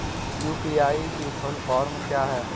UPI की full form क्या है?